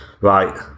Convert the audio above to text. Right